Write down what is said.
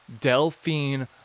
Delphine